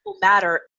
matter